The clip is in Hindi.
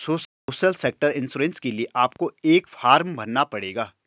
सोशल सेक्टर इंश्योरेंस के लिए आपको एक फॉर्म भरना पड़ेगा